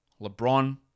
LeBron